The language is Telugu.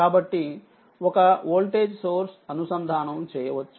కాబట్టి ఒకవోల్టేజ్ సోర్స్ అనుసంధానంచేయవచ్చు